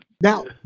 Now